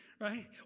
right